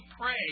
pray